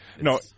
No